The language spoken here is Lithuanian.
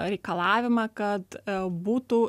reikalavimą kad būtų